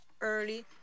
early